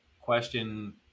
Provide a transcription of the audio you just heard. question